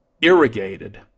irrigated